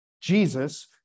Jesus